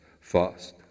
fast